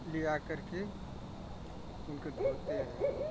ले आ कर के उनको धोते हैं